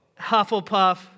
Hufflepuff